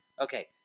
Okay